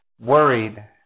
worried